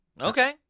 okay